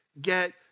get